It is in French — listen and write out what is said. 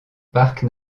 parc